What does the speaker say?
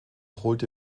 holte